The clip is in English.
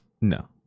No